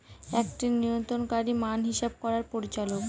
একটি নিয়ন্ত্রণকারী মান হিসাব করার পরিচালক